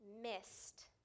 missed